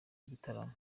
gitaramo